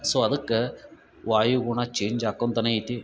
so ಅದಕ್ಕೆ ವಾಯುಗುಣ change ಆಕೊತನೆ ಐತಿ